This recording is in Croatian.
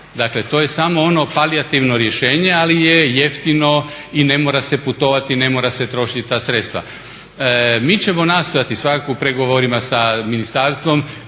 Dakle to je samo ono palijativno rješenje ali je jeftino i ne mora se putovati, ne mora se trošiti ta sredstva. Mi ćemo nastojati svakako u pregovorima sa ministarstvom